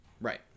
Right